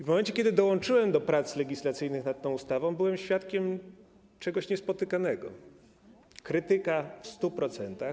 W momencie kiedy dołączyłem do prac legislacyjnych nad tą ustawą, byłem świadkiem czegoś niespotykanego: krytyka w 100%.